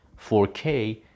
4K